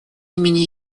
имени